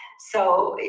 so,